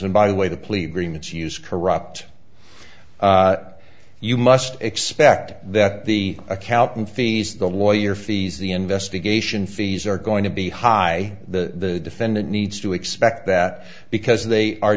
and by the way the plea agreements used corrupt you must expect that the accountant fees the lawyer fees the investigation fees are going to be high the defendant needs to expect that because they are